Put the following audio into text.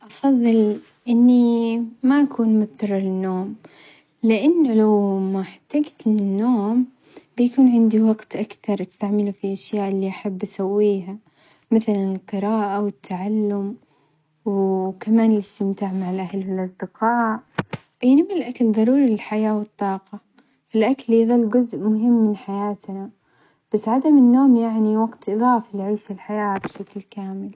أفظل إني ما مضطرة للنوم لأنه لو ما احتجت للنوم بيكون عندي وقا أكثر أستعمله في الأشياء اللي أحب أسويها، مثلًا القراءة والتعلم وكمان الاستمتاع مع الأهل والأصدقاء، بينما الأكل ضروري للحياة والطاقة، الأكل يزال جزء مهم من حياتنا بس عدم النوم يعني وقت إضافي لعيش الحياة بشكل كامل.